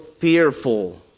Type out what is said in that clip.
fearful